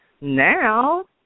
now